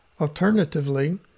Alternatively